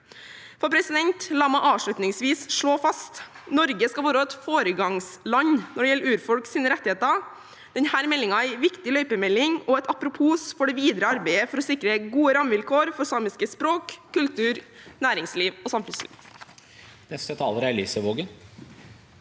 forskningsmiljøene. La meg avslutningsvis slå fast: Norge skal være et foregangsland når det gjelder urfolks rettigheter. Denne meldingen er en viktig løypemelding og et apropos for det videre arbeidet for å sikre gode rammevilkår for samiske språk, kultur, næringsliv og samfunnsliv.